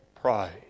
Pride